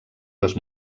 les